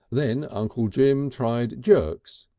then uncle jim tried jerks,